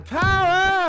power